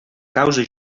causa